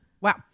Wow